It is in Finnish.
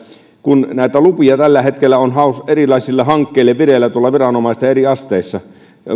kun näitä lupia tällä hetkellä on erilaisille hankkeille vireillä tuolla viranomaisten eri asteissa ja